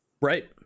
Right